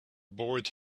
board